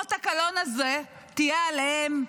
ואות הקלון הזה יהיה עליהם,